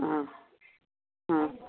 অঁ অঁ